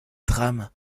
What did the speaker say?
drame